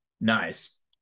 nice